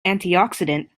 antioxidant